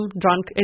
Drunk